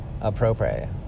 appropriate